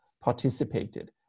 participated